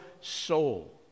soul